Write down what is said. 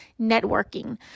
networking